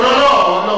לא לא לא,